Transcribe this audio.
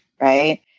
Right